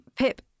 Pip